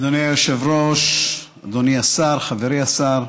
אדוני היושב-ראש, אדוני השר, חברי השר,